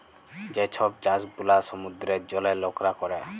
যে ছব চাষ গুলা সমুদ্রের জলে লকরা ক্যরে